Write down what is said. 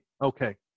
Okay